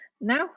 Now